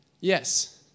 Yes